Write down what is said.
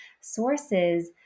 sources